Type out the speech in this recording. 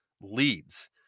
leads